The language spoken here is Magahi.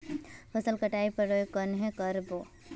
फसल कटाई प्रयोग कन्हे कर बो?